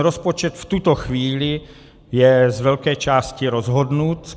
Rozpočet v tuto chvíli je z velké části rozhodnut.